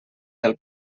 del